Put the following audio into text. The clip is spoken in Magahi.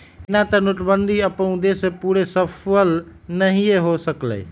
एना तऽ नोटबन्दि अप्पन उद्देश्य में पूरे सूफल नहीए हो सकलै